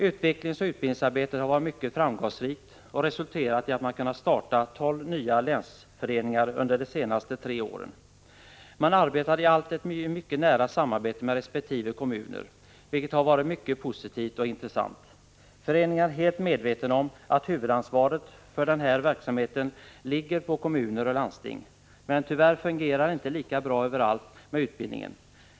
Utvecklingsoch utbildningsarbetet har varit mycket framgångsrikt och det har resulterat i att man har kunnat starta tolv nya länsföreningar under de senaste tre åren. I alla frågor har man ett mycket nära samarbete med resp. kommuner, vilket har varit mycket positivt och intressant. Inom föreningen är man helt medveten om att huvudansvaret för den här verksamheten ligger på kommuner och landsting. Tyvärr fungerar det inte lika bra överallt med utbildningen.